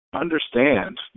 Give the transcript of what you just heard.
understand